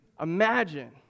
Imagine